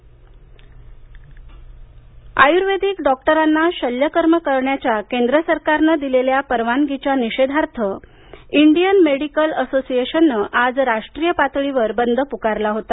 Indian medical association बंद आयुर्वेदिक डॉक्टरांना शल्यकर्म करण्याच्या केंद्र सरकारने दिलेल्या परवानगीच्या निषेधार्थ इंडियन मेडिकल असोसिएशननं आज राष्ट्रीय पातळीवर बंद पुकारला होता